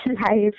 life